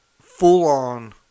full-on